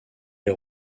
les